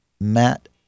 Matt